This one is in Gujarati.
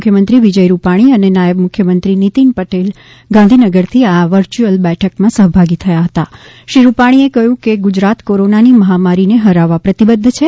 મુખ્યમંત્રી વિજય રૂપાણી અને નાયબ મુખ્યમંત્રી નીતિન પટેલ ગાંધીનગરથી આ વર્ચ્યુએલ બેઠકમાં સહભાગી થયા હતા શ્રી રૂપાણીએ કહ્યું કે ગુજરાત કોરોનાની મહામારીને હરાવવા પ્રતિબદ્ધ છે